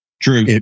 True